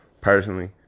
personally